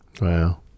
Wow